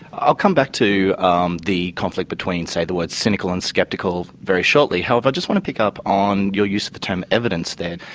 i'll come back to um the conflict between, say, the words cynical and skeptical very shortly. however, i just want to pick up on your use of the term evidence there.